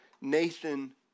Nathan